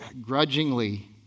grudgingly